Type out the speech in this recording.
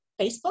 Facebook